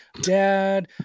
Dad